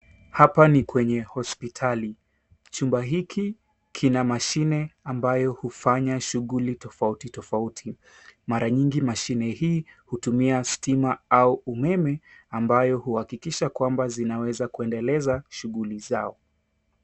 Hapa ni kwenye hospitali. Chumba hiki kina mashine ambayo hufanya shughuli tofauti tofauti. Mara nyingi mashine hii hutumia stima au umeme ambayo uhakikisha kwamba wanaweza kuendeleza shughuli zao.